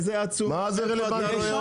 מה זה רלוונטי?